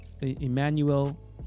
Emmanuel